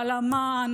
על אמ"ן,